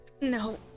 no